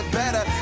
better